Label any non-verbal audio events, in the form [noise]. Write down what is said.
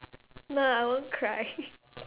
no I won't cry [noise]